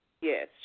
Yes